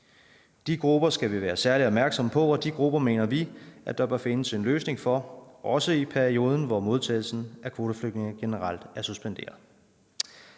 De grupper skal vi være særlig opmærksomme på, og de grupper mener vi at der bør findes en løsning for, også i perioden, hvor modtagelsen af kvoteflygtninge generelt er suspenderet.